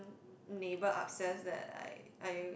neighbour upstairs that I I